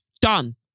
Done